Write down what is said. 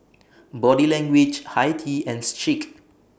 Body Language Hi Tea and Schick